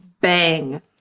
bang